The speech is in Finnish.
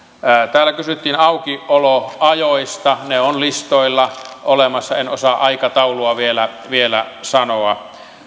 täällä kysyttiin aukioloajoista ne ovat listoilla olemassa en osaa aikataulua vielä vielä sanoa